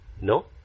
no